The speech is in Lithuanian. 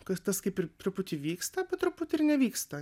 kas tas kaip ir truputį vyksta po truputį ir nevyksta